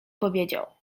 powiedział